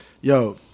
Yo